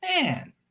man